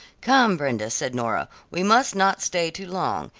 come, brenda, said nora, we must not stay too long,